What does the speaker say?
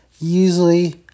usually